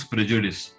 Prejudice